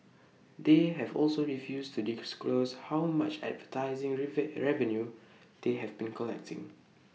they have also refused to disclose how much advertising revenue they have been collecting